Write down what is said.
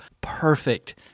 perfect